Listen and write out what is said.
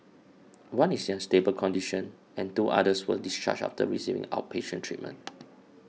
one is in a stable condition and two others were discharged after receiving outpatient treatment